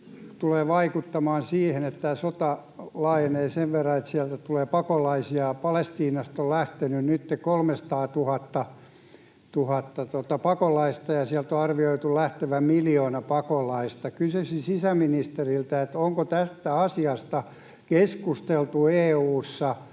tulee vaikuttamaan siihen, että sota laajenee sen verran, että sieltä tulee pakolaisia. Palestiinasta on lähtenyt nytten kolmesataatuhatta pakolaista, ja sieltä on arvioitu lähtevän miljoona pakolaista. Kysyisin sisäministeriltä: onko tästä asiasta keskusteltu EU:ssa,